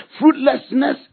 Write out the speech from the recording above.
Fruitlessness